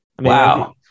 Wow